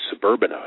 suburbanized